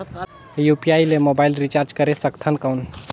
UPI ले mobile recharge करे सकथन कौन?